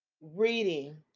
reading